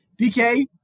BK